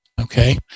Okay